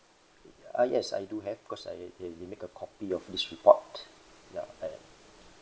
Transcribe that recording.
uh yes I do have because I they make a copy of this report ya I